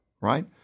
right